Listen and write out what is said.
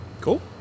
Cool